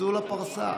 תצאו לפרסה,